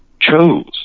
chose